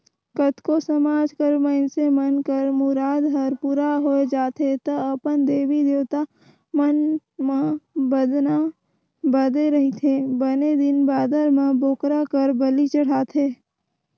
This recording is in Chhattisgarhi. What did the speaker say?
कतको समाज कर मइनसे मन कर मुराद हर पूरा होय जाथे त अपन देवी देवता मन म बदना बदे रहिथे बने दिन बादर म बोकरा कर बली चढ़ाथे